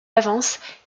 avances